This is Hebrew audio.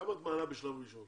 כמה את מעלה בשלב ראשון?